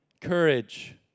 Courage